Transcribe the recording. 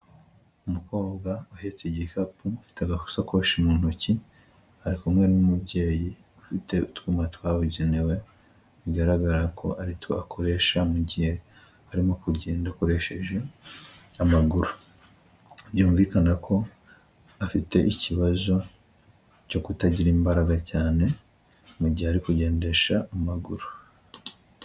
Umukobwa uhetse igikapu afite agakosakoshi mu ntoki, ari kumwe n'umubyeyi ufite utwuma twabugenewe bigaragara ko aritwo akoresha mugihe arimo kugenda akoresheje amaguru. Byumvikana ko afite ikibazo cyo kutagira imbaraga cyane mu gihe ari kugendesha amaguru.